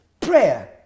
prayer